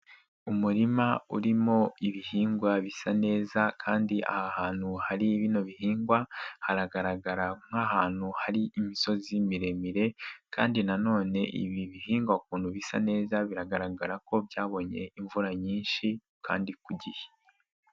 Umurima urimo ibihingwa bisa neza kandi aha hantu hari bino bihingwa, haragaragara nk'ahantu hari imisozi miremire kandi nanone ibi bihingwa ukuntu bisa neza biragaragara ko byabonye imvura nyinshi kandi ku gihe.